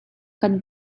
kan